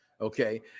Okay